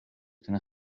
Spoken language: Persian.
تونه